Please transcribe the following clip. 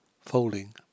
folding